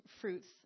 fruits